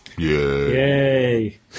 Yay